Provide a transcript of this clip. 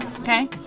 Okay